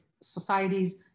societies